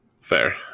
Fair